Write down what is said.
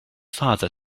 father